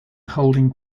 holding